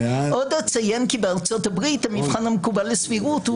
עוד אציין כי בארצות הברית המבחן המקובל לסבירות הוא